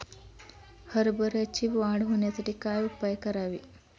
हरभऱ्याची वाढ होण्यासाठी काय उपाय करावे?